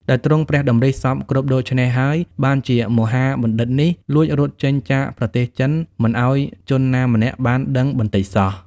ដោយទ្រង់ព្រះតម្រិះសព្វគ្រប់ដូច្នេះហើយ បានជាមហាបណ្ឌិតនេះលួចរត់ចេញចាកប្រទេសចិន មិនឲ្យជនណាម្នាក់បានដឹងបន្តិចសោះ ។